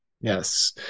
Yes